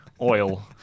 Oil